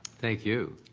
thank you.